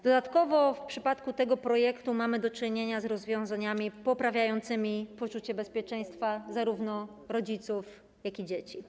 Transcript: Dodatkowo w przypadku tego projektu mamy do czynienia z rozwiązaniami poprawiającymi poczucie bezpieczeństwa zarówno rodziców, jak i dzieci.